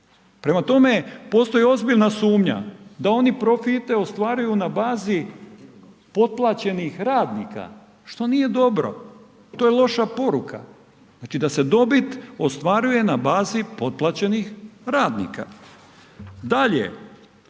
Prema tome, postoji ozbiljna sumnja da oni profite ostvaruju na bazi potplaćenih radnika, što nije dobro. To je loša poruka. Znači da se dobit ostvaruje na bazi potplaćenih radnika. Dalje,